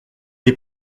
des